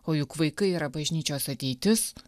o juk vaikai yra bažnyčios ateitis